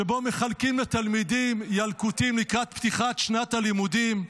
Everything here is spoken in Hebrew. שבו מחלקים לתלמידים ילקוטים לקראת פתיחת שנת הלימודים.